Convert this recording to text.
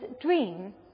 dream